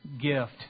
gift